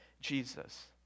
Jesus